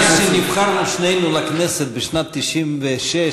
מאז שנבחרנו שנינו לכנסת בשנת 1996,